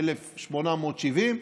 1870,